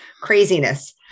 craziness